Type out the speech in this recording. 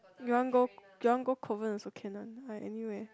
you want go you want go Kovan also can one I anywhere